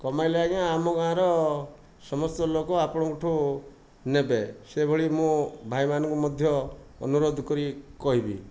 କମେଇଲେ ଆଜ୍ଞା ଆମ ଗାଁର ସମସ୍ତ ଲୋକ ଆପଣଙ୍କଠୁ ନେବେ ସେଭଳି ମୁଁ ଭାଇମାନଙ୍କୁ ମଧ୍ୟ ଅନୁରୋଧ କରି କହିବି